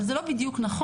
אבל זה לא בדיוק נכון,